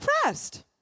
depressed